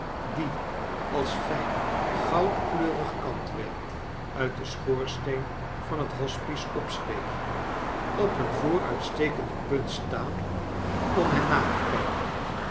die als fijn goudkleurig kantwerk uit de schoorsteenen van het hospice opsteeg op een vooruitstekende punt staan om hen na te kijken